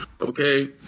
Okay